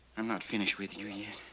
i'm not finished with you yet.